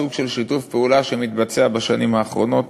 סוג של שיתוף פעולה שמתבצע בשנים האחרונות